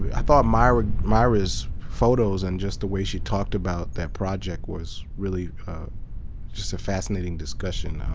i thought myra's myra's photos and just the way she talked about that project was really just a fascinating discussion.